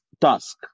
task